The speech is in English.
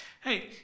Hey